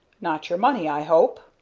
not your money, i hope.